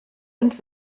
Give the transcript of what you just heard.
und